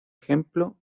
ejemplo